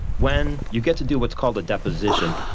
when you get to do what's called a deposition,